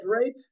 rate